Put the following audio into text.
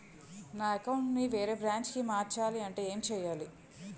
నా అకౌంట్ ను వేరే బ్రాంచ్ కి మార్చాలి అంటే ఎం చేయాలి?